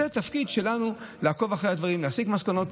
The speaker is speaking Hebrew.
זה התפקיד שלנו, לעקוב אחרי הדברים, להסיק מסקנות.